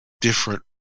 different